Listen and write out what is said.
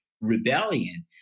rebellion